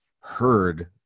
heard